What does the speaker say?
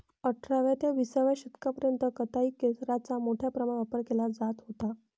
अठराव्या ते विसाव्या शतकापर्यंत कताई खेचराचा मोठ्या प्रमाणावर वापर केला जात होता